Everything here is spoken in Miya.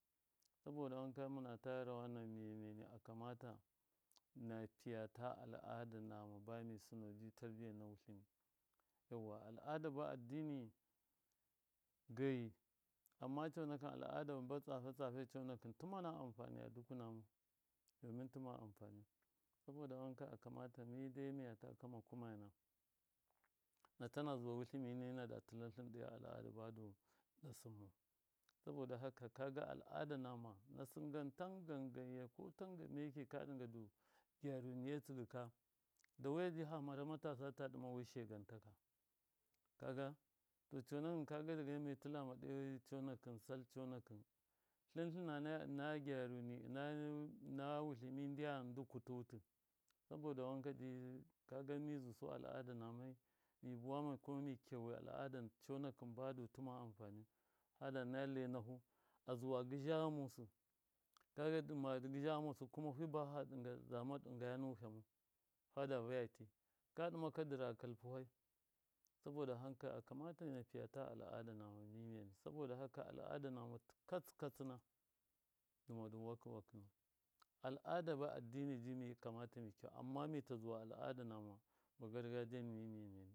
Saboda wanka mɨnta rawana miye miyeni akamata na piyata al. ada nama bami sɨnau ji tarbiya na wutlɨmi yauwa al. ada na addini geyi amma conakɨn al. ada nama ba tsafe tsafe conakɨn tɨmana anfaniyaga dɨkunamau domin tɨma anfaniyu saboda wank akamata midai miyata kama kumayana natana zuwa wutlɨmi nina da tɨlatlin do al. ada badu na sinmau saboda haka kaga al. ada nama nasɨnganya tagan ganya ko tangan meki ka ɗɨnga du gyaruniye tsɨgɨka da wuya ji fa mara matasa data ɗɨma shegantaka kaga to conakɨn dage miye tɨlama ɗo sal conakɨn tlɨnaya ɨna gyaruni ɨna wutltɨmi ndyam kutɨ wutɨ saboda wanka ji kaga mi zusu al. ada namai mi kiya al. ada badu tɨma anfaniyu hada naya lainafu azuwa gɨdza ghamusɨ kaga dɨma gɨzha ghamusi kaga fi bahɨ fa zama ɗɨngaya ndu wi hama fada vayati ka ɗɨma ka dɨ ra kalpɨfai saboda haka a kamata mi piyata al. ada nama mi miyemiyeni saboda haka al. ada nama tɨ katsɨ katsɨna dɨma dɨ wakɨwakɨnau al. ada ba addini ji mi kamata mi kiyau amma mita zuwa al. ada nama miyemiye ni.